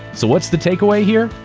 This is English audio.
so what's the takeaway here?